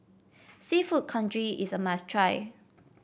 seafood Congee is a must try